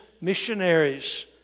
missionaries